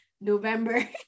November